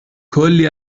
کلی